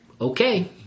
okay